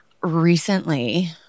recently